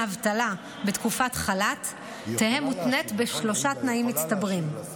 אבטלה בתקופת חל"ת תהא מותנית בשלושה תנאים מצטברים: